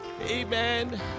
Amen